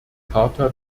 charta